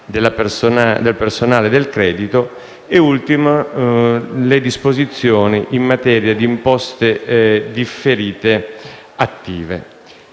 del personale del credito e, infine, le disposizioni in materia di imposte differite attive.